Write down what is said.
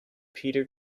peter